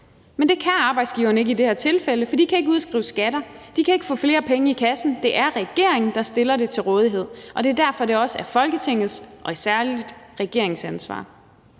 Men det kan arbejdsgiverne ikke i det her tilfælde, for de kan ikke udskrive skatter, de kan ikke få flere penge i kassen. Men det er regeringen, der stiller det til rådighed, og det er også derfor, det er Folketingets og særlig regeringens ansvar.